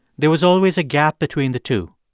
there was always a gap between the two.